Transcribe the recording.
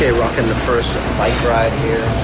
and the first bike ride here,